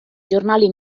giornali